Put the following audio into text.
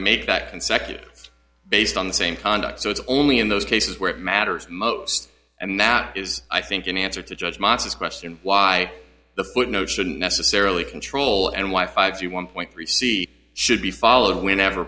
make that consecutive based on the same conduct so it's only in those cases where it matters most and that is i think in answer to judgements is question why the footnote shouldn't necessarily control and why five to one point three c should be followed whenever